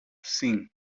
sim